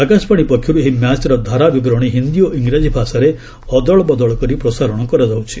ଆକାଶବାଣୀ ପକ୍ଷରୁ ଏହି ମ୍ୟାଚ୍ର ଧାରା ବିବରଣୀ ହିନ୍ଦୀ ଓ ଇଂରାଜୀ ଭାଷାରେ ଅଦଳ ବଦଳ କରି ପ୍ରସାରଣ କରାଯାଉଛି